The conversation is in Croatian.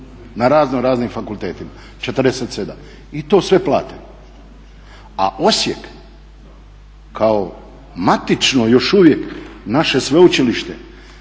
na raznoraznim fakultetima. 47 i to sve plate. A Osijek kao matično još uvijek naše sveučilište